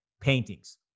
paintings